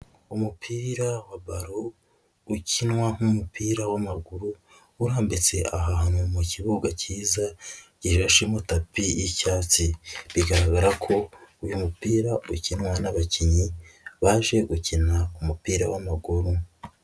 Umupira wa balo ukinwa nk'umupira w'amaguru, urambitse ahantu mu kibuga kiza gishashemo tapi y'icyatsi, bigaragara ko uyu mupira ukinwa n'abakinnyi baje gukina umupira w'amaguru.